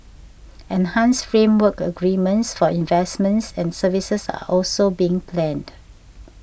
enhanced framework agreements for investments and services are also being planned